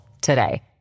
today